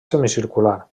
semicircular